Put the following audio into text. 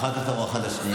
אחר כך תראו אחת לשנייה,